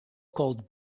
called